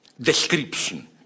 description